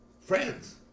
Friends